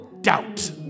Doubt